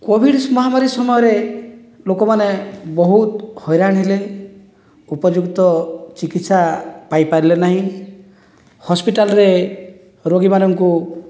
Covid ମହାମାରୀ ସମୟରେ ଲୋକମାନେ ବହୁତ ହଇରାଣ ହେଲେ ଉପଯୁକ୍ତ ଚିକିତ୍ସା ପାଇପାରିଲେ ନାହିଁ ହସ୍ପିଟାଲରେ ରୋଗୀମାନଙ୍କୁ